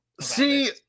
See